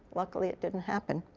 luckily, it didn't happen.